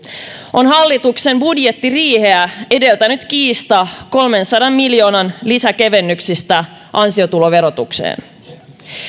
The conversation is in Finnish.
on hallituksen budjettiriiheä edeltänyt kiista kolmensadan miljoonan lisäkevennyksistä ansiotuloverotukseen